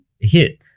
hit